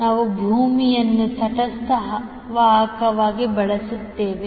ನಾವು ಭೂಮಿಯನ್ನು ತಟಸ್ಥ ವಾಹಕವಾಗಿ ಬಳಸುತ್ತೇವೆ